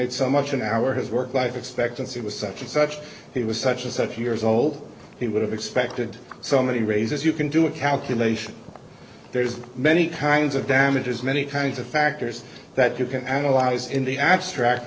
made so much an hour his work life expectancy was such and such he was such and such years old he would have expected so many raises you can do a calculation there's many kinds of damages many kinds of factors that you can analyze in the abstract